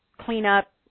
cleanup